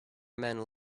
men